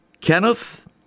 Kenneth